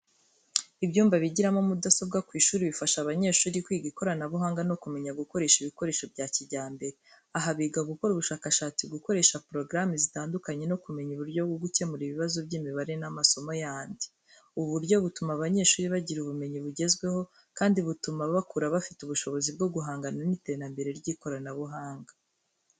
Ibyumba bigiramo mudasobwa ku ishuri bifasha abanyeshuri kwiga ikoranabuhanga no kumenya gukoresha ibikoresho bya kijyambere. Aha biga gukora ubushakashatsi, gukoresha porogaramu zitandukanye no kumenya uburyo bwo gukemura ibibazo by’imibare n’amasomo yandi. Ubu buryo butuma abanyeshuri bagira ubumenyi bugezweho kandi butuma bakura bafite ubushobozi bwo guhangana n’iterambere ry’ikoranabuhanga.